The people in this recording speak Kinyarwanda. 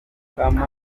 cy’abahutu